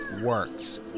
works